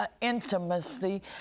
intimacy